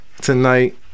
tonight